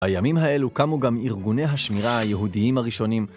הימים האלו קמו גם ארגוני השמירה היהודיים הראשונים.